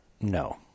no